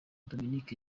dominic